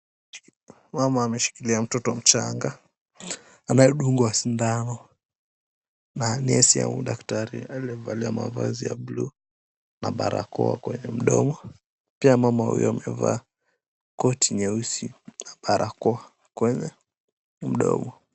Mama ameshikilia mtoto mchanga anayedungwa sindano na nesi au daktari aliyevalia mavazi ya buluu na barakoa kwenye mdomo. Pia mama huyo amevaa koti nyeusi na barakoa kwenye mdomo.